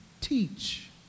Teach